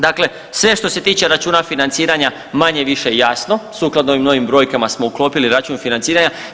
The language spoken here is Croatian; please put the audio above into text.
Dakle, sve što se tiče računa financiranja manje-više je jasno sukladno novim brojkama smo uklopili račun financiranja.